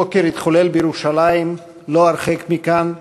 הבוקר התחולל בירושלים, לא הרחק מכאן,